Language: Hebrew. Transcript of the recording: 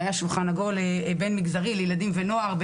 הרי היה שולחן עגול בין מגזרי לילדים ונוער,